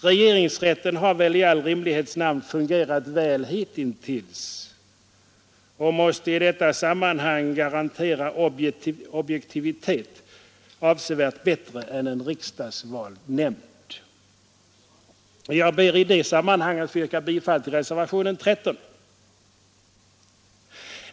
Regeringsrätten har i all rimlighets namn fungerat väl hittills och måste i detta sammanhang garantera objektivitet avsevärt bättre än en riksdagsvald nämnd. Jag ber att få yrka bifall till reservationen 13.